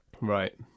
Right